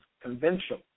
conventional